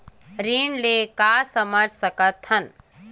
ऋण ले का समझ सकत हन?